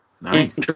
Nice